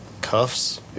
Cuffs